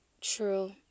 True